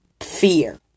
fear